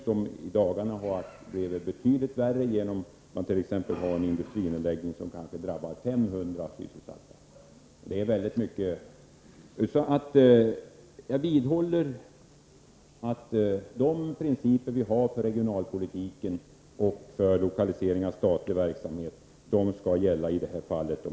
Det blir i dagarna betydligt värre genom en industrinedläggning som kanske drabbar 500 sysselsatta, och det är mycket. Jag vidhåller att de principer vi har för regionalpolitiken och för lokalisering av statlig verksamhet skall gälla i detta fall.